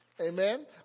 Amen